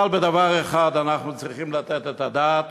אבל לדבר אחד אנחנו צריכים לתת את הדעת